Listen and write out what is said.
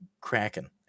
kraken